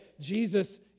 Jesus